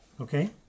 Okay